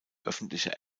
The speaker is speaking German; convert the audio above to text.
öffentliche